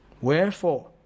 Wherefore